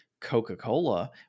coca-cola